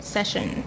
Session